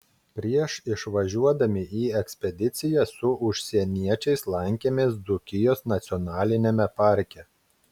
prieš išvažiuodami į ekspediciją su užsieniečiais lankėmės dzūkijos nacionaliniame parke